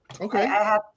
Okay